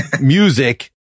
music